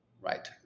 right